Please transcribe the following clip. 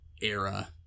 era